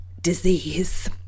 disease